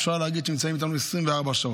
אפשר להגיד שהם נמצאים איתנו 24 שעות.